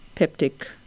peptic